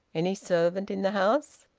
any servant in the house?